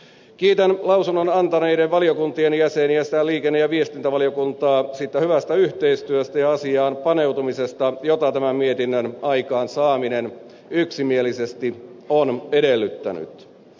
kiitän lausunnon antaneiden valiokuntien jäseniä sekä liikenne ja viestintävaliokuntaa siitä hyvästä yhteistyöstä ja asiaan paneutumisesta jota tämän mietinnön aikaansaaminen yksimielisesti on edellyttänyt